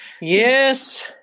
Yes